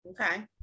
Okay